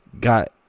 got